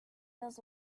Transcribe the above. does